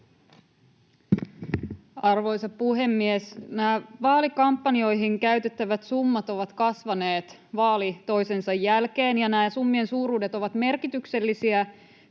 Arvoisa puhemies! Nämä vaalikampanjoihin käytettävät summat ovat kasvaneet vaali toisensa jälkeen, ja näiden summien suuruudet ovat merkityksellisiä,